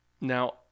Now